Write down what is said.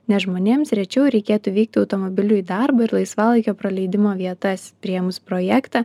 nes žmonėms rečiau reikėtų vykti automobiliu į darbą ir laisvalaikio praleidimo vietas priėmus projektą